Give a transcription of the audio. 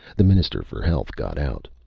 the minister for health got out.